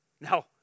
Now